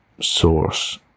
source